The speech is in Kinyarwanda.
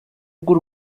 bw’u